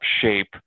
shape